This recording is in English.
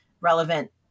relevant